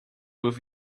with